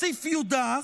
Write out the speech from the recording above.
כסיף יודח,